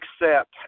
accept